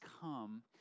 come